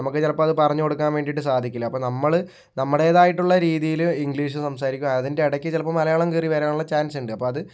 നമുക്ക് ചിലപ്പോൾ അത് പറഞ്ഞു കൊടുക്കാൻ വേണ്ടിയിട്ട് സാധിക്കില്ല അപ്പോൾ നമ്മൾ നമ്മുടേതായിട്ടുള്ള രീതിയിൽ ഇംഗ്ലീഷ് സംസാരിക്കും അതിൻ്റെ ഇടയ്ക്ക് ചിലപ്പോൾ മലയാളം കയറി വരാനുള്ള ചാൻസ് ഉണ്ട് അപ്പോൾ അത്